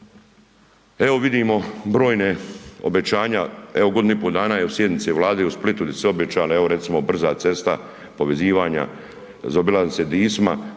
Evo vidimo brojna obećanje, evo godinu i pol dana je od sjednice Vlade u Splitu gdje se obećala evo recimo brza cesta povezivanja zaobilaznice Dicma